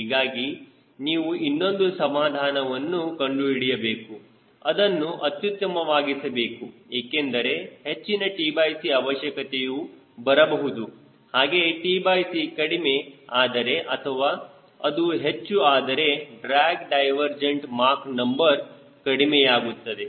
ಹೀಗಾಗಿ ನೀವು ಇನ್ನೊಂದು ಸಮಾಧಾನವನ್ನು ಕಂಡುಹಿಡಿಯಬೇಕು ಇದನ್ನು ಅತ್ಯುತ್ತಮವಾಗಿಸಬೇಕು ಏಕೆಂದರೆ ಹೆಚ್ಚಿನ tc ಅವಶ್ಯಕತೆಯು ಬರಬಹುದು ಹಾಗೆ tc ಕಡಿಮೆ ಆದರೆ ಅಥವಾ ಅದು ಹೆಚ್ಚು ಆದರೆ drag divergent Mach number ಕಡಿಮೆಯಾಗುತ್ತದೆ